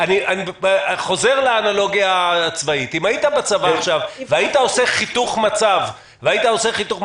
אני חוזר לאנלוגיה הצבאית: אם היית בצבא עכשיו והיית עושה חיתוך מצב של